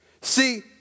See